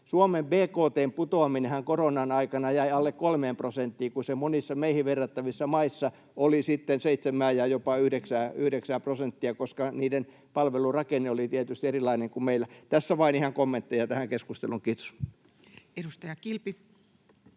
Suomen bkt:n putoaminenhan koronan aikana jäi alle kolmeen prosenttiin, kun se monissa meihin verrattavissa maissa oli sitten seitsemää ja jopa yhdeksää prosenttia, koska niiden palvelurakenne oli tietysti erilainen kuin meillä. Tässä vain ihan kommentteja tähän keskusteluun. — Kiitos. [Speech 141]